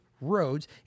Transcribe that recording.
roads